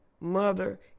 mother